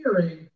hearing